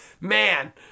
man